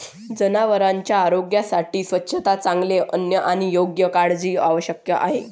जनावरांच्या आरोग्यासाठी स्वच्छता, चांगले अन्न आणि योग्य काळजी आवश्यक आहे